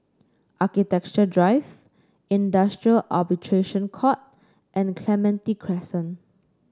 Architecture Drive Industrial Arbitration Court and Clementi Crescent